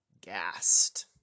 gassed